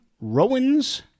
Rowan's